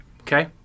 Okay